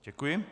Děkuji.